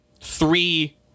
three